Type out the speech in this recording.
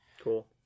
Cool